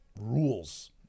rules